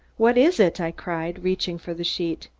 what is it? i cried, reaching for the sheet.